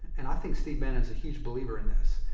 and i think steve bannon is a huge believer in this,